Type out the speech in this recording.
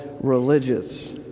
religious